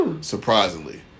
surprisingly